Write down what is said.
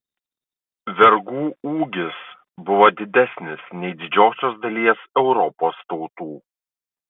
vergų ūgis buvo didesnis nei didžiosios dalies europos tautų